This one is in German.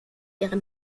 ihre